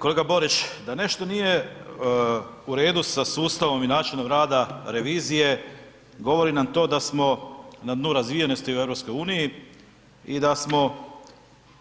Kolega Borić, da nešto nije u redu sa sustavom i načinom rada revizije, govori nam to da smo na dnu razvijenosti u EU-u i da smo